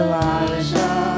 Elijah